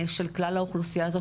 של כלל האוכלוסייה הזאת,